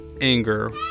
anger